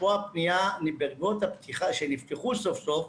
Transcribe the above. למרות שנפתחו סוף סוף,